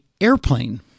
airplane